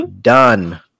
done